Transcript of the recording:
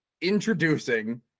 introducing